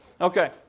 Okay